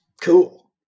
cool